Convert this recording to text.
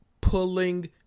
pulling